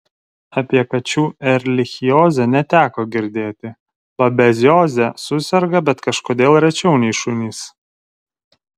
apie kačių erlichiozę neteko girdėti babezioze suserga bet kažkodėl rečiau nei šunys